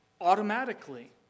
automatically